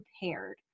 prepared